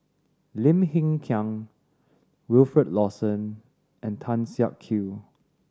Lim Hng Kiang Wilfed Lawson and Tan Siak Kew